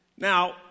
Now